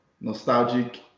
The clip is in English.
nostalgic